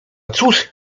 cóż